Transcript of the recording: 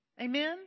Amen